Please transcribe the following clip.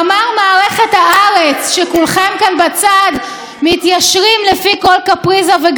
הכריז שבית המשפט בחר להצטרף למערכת המבוססת על אפליה ועושק,